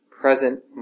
present